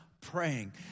praying